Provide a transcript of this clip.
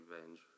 revenge